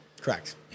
Correct